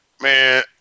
Man